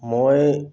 মই